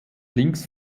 links